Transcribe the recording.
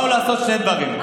הם באו לעשות שני דברים.